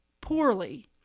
poorly